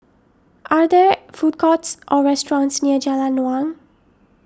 are there food courts or restaurants near Jalan Naung